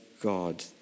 God